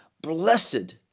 blessed